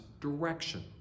direction